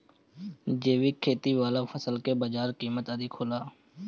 जैविक खेती वाला फसल के बाजार कीमत अधिक होला